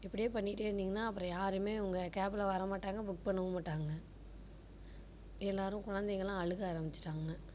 இப்படியே பண்ணிகிட்டே இருந்திங்கனால் அப்புறம் யாருமே உங்கள் கேப்பில் வர மாட்டாங்க புக் பண்ணவும் மாட்டாங்க எல்லாேரும் குழந்தைங்கலாம் அழுக ஆரம்பிச்சுட்டாங்க